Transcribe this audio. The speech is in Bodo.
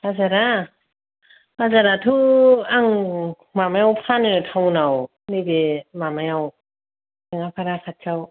बाजारा बाजाराथ' आं माबायाव फानो टाउनाव नैबे माबायाव थेङाफारा खाथियाव